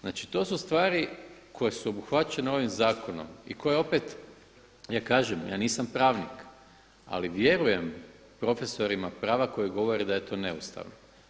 Znači to su stvari koje su obuhvaćene ovim zakonom i koje opet, ja kažem ja nisam pravnik, ali vjerujem profesorima prava koji govore da je to neustavno.